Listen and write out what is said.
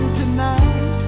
tonight